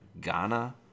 Ghana